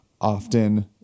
often